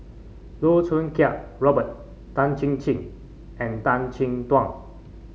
Loh Choo Kiat Robert Tan Chin Chin and Tan Chin Tuan